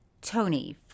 Tony